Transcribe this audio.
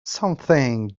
something